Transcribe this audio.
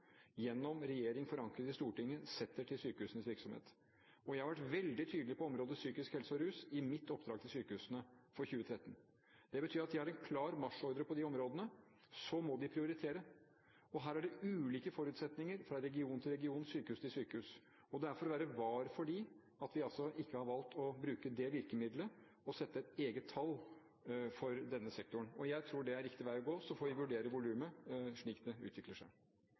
gjennom regjering, forankret i Stortinget, setter til sykehusenes virksomhet. Jeg har vært veldig tydelig på området psykisk helse og rus i mitt oppdrag til sykehusene for 2013. Det betyr at de har en klar marsjordre på de områdene. Så må de prioritere. Her er det ulike forutsetninger fra region til region og fra sykehus til sykehus. Det er for å være var for dem at vi altså ikke har valgt å bruke det virkemiddelet å sette et eget tall for denne sektoren. Jeg tror det er riktig vei å gå. Så får vi vurdere volumet slik det utvikler seg.